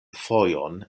fojon